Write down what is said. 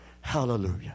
Hallelujah